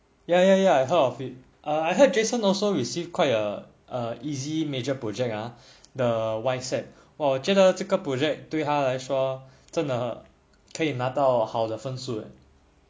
ya ya ya I heard of it uh I heard jason also received quite a easy major project ah the Whysapp 哦我觉得这个 project 对他来说真的可以拿到好的分数 eh